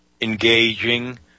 engaging